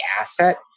asset